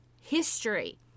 history